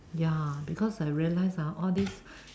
ya because I realized ah all this